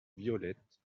violette